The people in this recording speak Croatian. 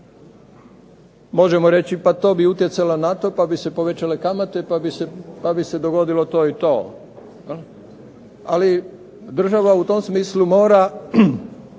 možemo reći pa to bi utjecala na to pa bi se povećale kamate pa bi se dogodilo to i to, ali država u tom smislu mora